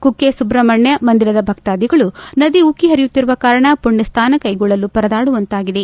ಕುಕ್ಕೆ ಸುಬ್ರಹ್ನಣ್ಣ ಮಂದಿರದ ಭಕ್ತಾದಿಗಳು ನದಿ ಉಕ್ಕಿ ಪರಿಯುತ್ತಿರುವ ಕಾರಣ ಪುಣ್ಣ ಸ್ಥಾನ ಕೈಗೊಳ್ಳಲು ಪರದಾಡುವಂತಾಗಿದೆ